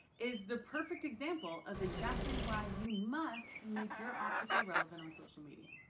is the perfect example of exactly why you must make your optical relevant on social media